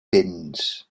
binns